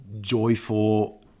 joyful